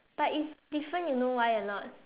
but it's different you know why or not